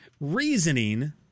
Reasoning